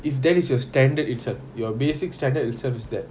if that is your standard it's at your basic standard service that